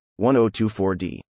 1024D